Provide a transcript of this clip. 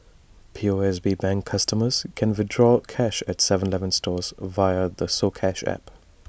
P O S B bank customers can withdraw cash at Seven Eleven stores via the soCash app